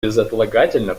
безотлагательно